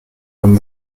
comme